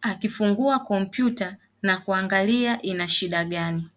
akifungua kompyuta na kuangalia ina shida gani.